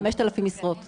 לא, לא, 5,000 משרות.